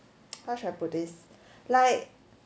how should I put this like